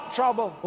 trouble